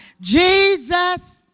Jesus